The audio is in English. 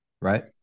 Right